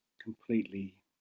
completely